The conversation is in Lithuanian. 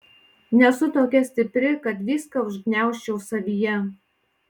nesu tokia stipri kad viską užgniaužčiau savyje